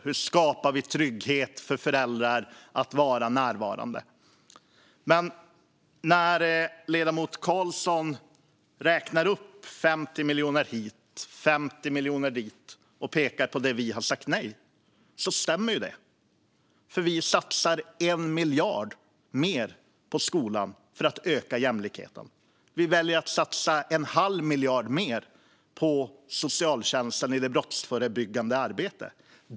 Hur skapar vi trygghet för föräldrar att vara närvarande? Men när ledamoten Carlsson räknar upp 50 miljoner hit och 50 miljoner dit och pekar på det vi har sagt nej till stämmer det, för vi satsar 1 miljard mer på skolan för att öka jämlikheten. Vi väljer att satsa en halv miljard mer på socialtjänsten i det brottsförebyggande arbetet.